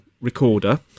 recorder